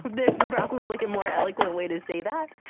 there's probably a more eloquent way to say that,